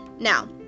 Now